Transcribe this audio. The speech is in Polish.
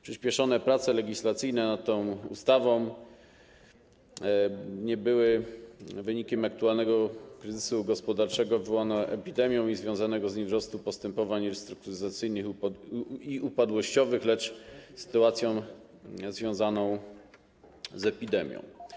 Przyspieszone prace legislacyjne nad tą ustawą nie były wynikiem aktualnego kryzysu gospodarczego wywołanego epidemią i związanego z nim wzrostu postępowań restrukturyzacyjnych i upadłościowych, lecz sytuacją związaną z epidemią.